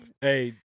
Hey